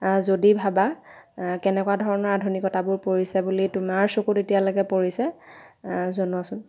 যদি ভাবা কেনেকুৱা ধৰণৰ আধুনিকতাবোৰ পৰিছে বুলি তোমাৰ চকুত এতিয়ালৈকে পৰিছে জনোৱাচোন